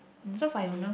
so funny